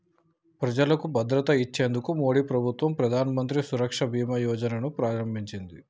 ప్రజలకు భద్రత ఇచ్చేందుకు మోడీ ప్రభుత్వం ప్రధానమంత్రి సురక్ష బీమా యోజన ను ప్రారంభించింది